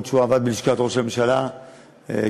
מאז עבד בלשכת ראש הממשלה כעוזרו,